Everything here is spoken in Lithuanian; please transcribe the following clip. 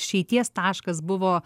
išeities taškas buvo